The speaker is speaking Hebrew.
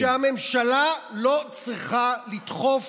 והממשלה לא צריכה לדחוף